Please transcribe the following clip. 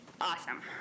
Awesome